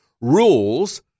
rules